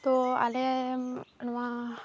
ᱛᱚ ᱟᱞᱮ ᱱᱚᱣᱟ